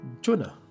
Jonah